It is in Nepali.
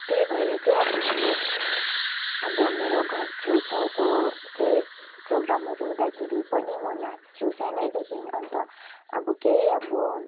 त्यही भएर चाहिँ अब मैले अब मेरो घर छेउछाउको केही प्रोग्रामहरू हुँदाखेरि पनि म नाच्छु सानैदेखि अन्त अब केही अब